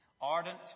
ardent